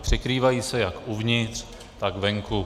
Překrývají se jak uvnitř, tak venku.